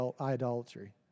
idolatry